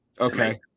Okay